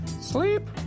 Sleep